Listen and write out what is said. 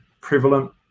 prevalent